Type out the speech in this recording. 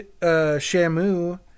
Shamu